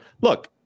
look